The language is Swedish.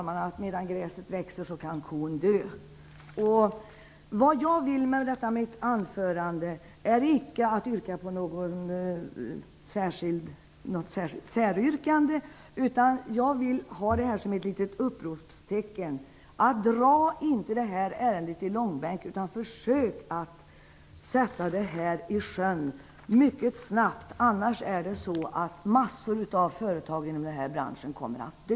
Men medan gräset gror kan tyvärr kon dö. Vad jag vill med detta mitt anförande är icke att yrka på något särskilt säryrkande. Jag vill att mitt anförande skall vara ett litet utropstecken. Dra inte detta ärende i långbäck, utan försök att sätta det hela i sjön mycket snabbt! Om det inte sker kommer mängder av företag i denna bransch att dö.